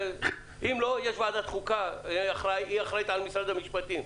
אם לא יש ועדת חוקה שאחראית על משרד המשפטים.